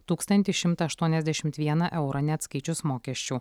tūkstantį šimtą aštuoniasdešimt vieną eurą neatskaičius mokesčių